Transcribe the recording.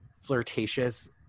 flirtatious